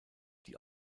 die